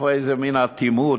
איזו מין אטימות.